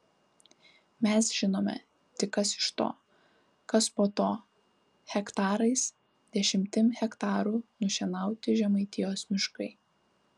mes žinome tik kas iš to kas po to hektarais dešimtim hektarų nušienauti žemaitijos miškai